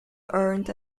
earned